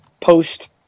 post